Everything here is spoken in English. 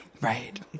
Right